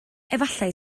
efallai